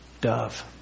dove